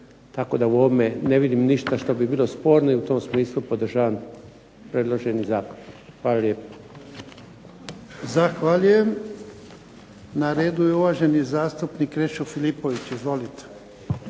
Tako da u ovome ne vidim ništa što bi bilo sporno i u tom smislu podržavam predloženi zakon. Hvala lijepo. **Jarnjak, Ivan (HDZ)** Zahvaljujem. Na redu je uvaženi zastupnik Krešo Filipović. Izvolite.